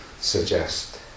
suggest